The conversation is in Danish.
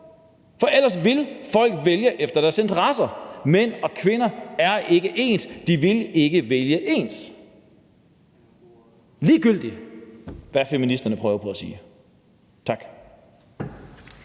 For ellers vil folk vælge efter deres interesser, og mænd og kvinder er ikke ens, og de vil ikke vælge ens, ligegyldigt hvad feministerne prøver på at sige. Tak.